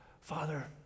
Father